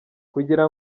kugira